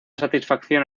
satisfacción